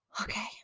Okay